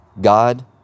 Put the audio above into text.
God